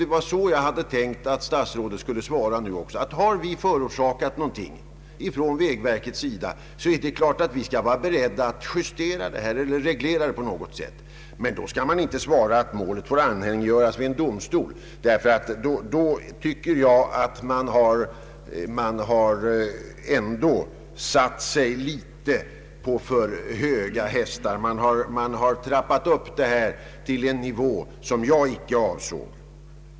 Det var så jag hade tänkt att herr statsrådet skulle svara: Har det förorsakats skador från vägverkets sida är vi beredda att reglera dem på något sätt. Men man skall inte svara att mål får anhängiggöras vid en domstol! Då tycker jag man har satt sig på litet för höga hästar och trappat upp detta till en nivå som jag icke avsåg.